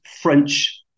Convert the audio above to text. French